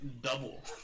double